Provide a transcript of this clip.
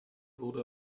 wurde